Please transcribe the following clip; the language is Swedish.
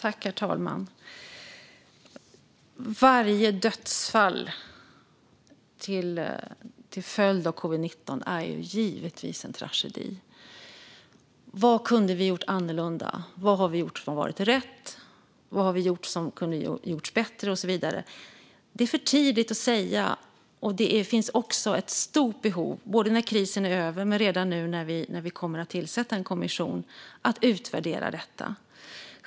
Herr talman! Varje dödsfall till följd av covid-19 är givetvis en tragedi. Vad vi kunde ha gjort annorlunda, vad vi har gjort som har varit rätt, vad vi har gjort som kunde ha gjorts bättre och så vidare är för tidigt att säga. Det finns också ett stort behov, både när krisen är över och redan nu när vi tillsätter en kommission, av att utvärdera detta.